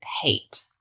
hate